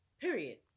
Period